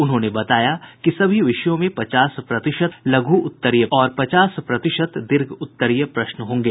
उन्होंने बताया कि सभी विषयों में पचास प्रतिशत वस्तुनिष्ठ और पचास प्रतिशत दीर्घ उत्तरीय प्रश्न होंगे